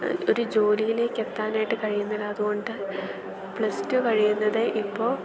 ഒരു ജോലിയിലേക്ക് എത്താനായിട്ട് കഴിയുന്നില്ല അതുകൊണ്ട് പ്ലസ് ടു കഴിയുന്നത് ഇപ്പോൾ